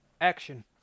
action